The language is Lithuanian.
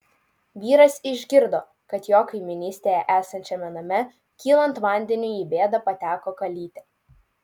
vyras išgirdo kad jo kaimynystėje esančiame name kylant vandeniui į bėdą pateko kalytė